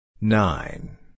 Nine